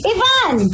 Ivan